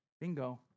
bingo